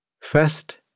First